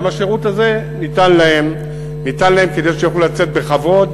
גם השירות הזה ניתן להם כדי שיוכלו לצאת בכבוד,